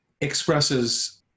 expresses